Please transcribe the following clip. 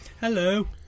Hello